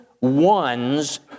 ones